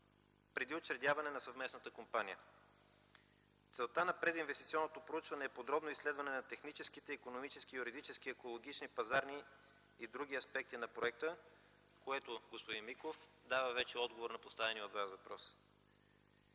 преди учредяване на съвместната компания. Целта на прединвестиционното проучване е подробно изследване на техническите, икономическите, юридически, екологични, пазарни и други аспекти на проекта, което, господин Миков, дава вече отговор на поставения от Вас въпрос.